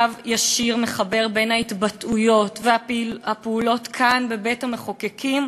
קו ישיר מחבר בין ההתבטאויות והפעולות כאן בבית-המחוקקים